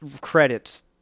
credits